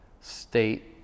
state